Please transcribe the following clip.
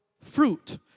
fruit